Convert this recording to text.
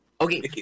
Okay